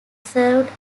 served